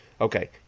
Okay